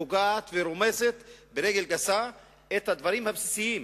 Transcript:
ופוגעת ורומסת ברגל גסה את הדברים הבסיסיים